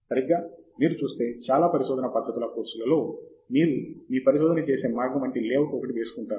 సరిగ్గా మీరు చూస్తే చాలా పరిశోధనా పద్దతులు కోర్సులలో మీరు మీ పరిశోధన చేసే మార్గం వంటి లేఅవుట్ ఒకటి వేసుకుంటారు